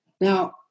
Now